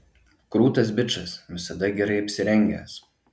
krūtas bičas visada gerai apsirengęs